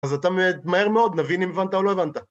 אז אתה מהר מאוד, מבין אם הבנת או לא הבנת.